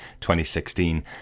2016